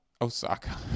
Osaka